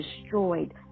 destroyed